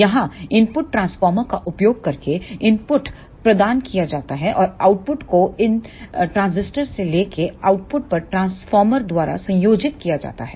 यहां input transformer का उपयोग करके इनपुट प्रदान किय जाता है और आउटपुट को इन ट्रांजिस्टरस से लेकर आउटपुट पर ट्रांसफ़ॉर्मर द्वारा संयोजित किया जाता है